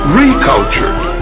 recultured